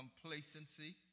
complacency